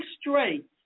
straight